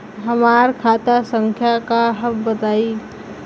हमार खाता संख्या का हव बताई?